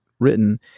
written